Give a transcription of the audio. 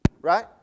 Right